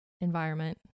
environment